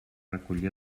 recollir